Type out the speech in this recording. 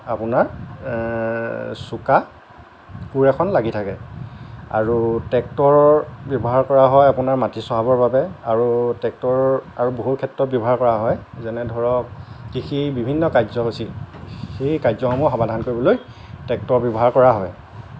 আপোনাৰ চোকা কোৰ এখন লাগি থাকে আৰু ট্ৰেক্টৰ ব্যৱহাৰ কৰা হয় আপোনাৰ মাটি চহাবৰ বাবে আৰু ট্ৰেক্টৰৰ আৰু বহু ক্ষেত্ৰত ব্যৱহাৰ কৰা হয় যেনে ধৰক কৃষিৰ বিভিন্ন কাৰ্যসূচী সেই কাৰ্যসমূহ সমাধান কৰিবলৈ ট্ৰেক্টৰ ব্যৱহাৰ কৰা হয়